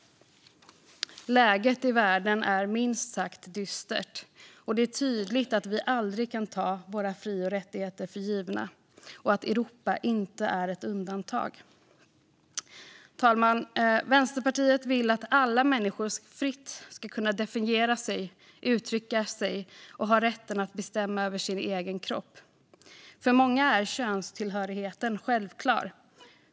Läget i världen är minst sagt dystert. Det är tydligt att vi aldrig kan ta våra fri och rättigheter för givna och att Europa inte är ett undantag. Fru talman! Vänsterpartiet vill att alla människor fritt ska kunna definiera sig, uttrycka sig och ha rätten att bestämma över sin egen kropp. För många är könstillhörigheten självklar.